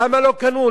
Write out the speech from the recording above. למה לא קנו?